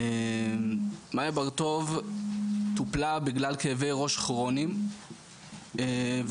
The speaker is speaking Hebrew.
מאיה ברטוב טופלה בגלל כאבי ראש כרוניים והופנתה